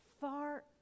far